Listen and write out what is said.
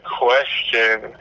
question